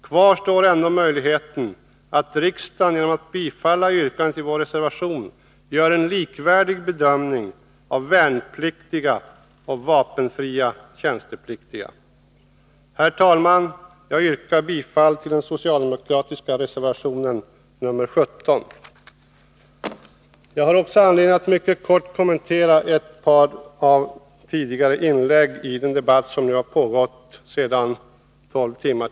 Kvar står ändock möjligheten att riksdagen genom att bifalla yrkandet i vår reservation gör en likvärdig bedömning av värnpliktiga och vapenfria tjänstepliktiga. Herr talman! Jag yrkar bifall till den socialdemokratiska reservationen nr 17. Jag har också anledning att mycket kort kommentera ett par tidigare inlägg i den debatt som nu har pågått i snart tolv timmar.